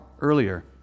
earlier